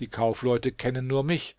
die kaufleute kennen nur mich